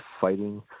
fighting